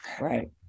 Right